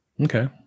Okay